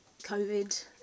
covid